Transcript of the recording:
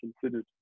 considered